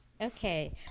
Okay